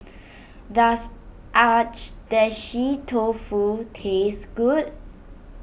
does Agedashi Dofu taste good